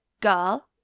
Girl